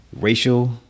racial